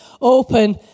open